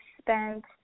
spent